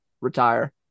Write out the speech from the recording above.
retire